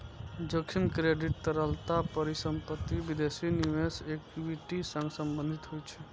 जोखिम क्रेडिट, तरलता, परिसंपत्ति, विदेशी निवेश, इक्विटी सं संबंधित होइ छै